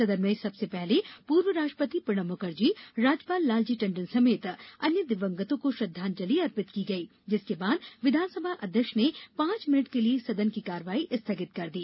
सदन में सबसे पहले पूर्व राष्ट्रपति प्रणब मुखर्जी राज्यपाल लालजी टण्डन समेत अन्य दिवंगतों को श्रद्वांजलि अर्पित की गई जिसके बाद विधानसभा अध्यक्ष ने पांच मिनट के लिए सदन की कार्यवाही स्थगित कर दी